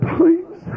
Please